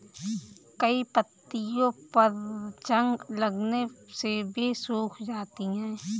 कई पत्तियों पर जंग लगने से वे सूख जाती हैं